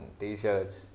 t-shirts